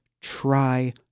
try